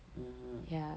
mm